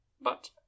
But